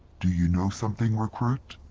do you know something, recruit?